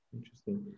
Interesting